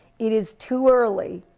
it is too early